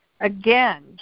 Again